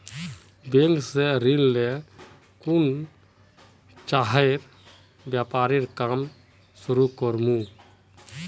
bank स ऋण ले खुना चाइर व्यापारेर काम शुरू कर मु